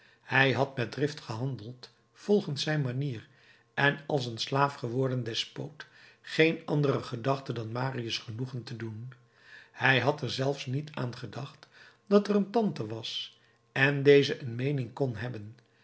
hij had met drift gehandeld volgens zijn manier en als een slaaf geworden despoot geen andere gedachte dan marius genoegen te doen hij had er zelfs niet aan gedacht dat er een tante was en deze een meening kon hebben